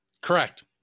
correct